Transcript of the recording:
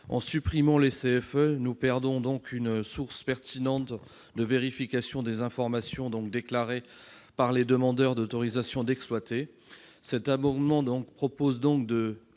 la fin des CFE, nous perdons une source pertinente de vérification des informations déclarées par les demandeurs d'autorisation d'exploiter. Cet amendement vise donc à